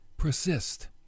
persist